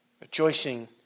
Rejoicing